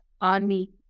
army